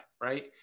right